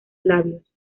labios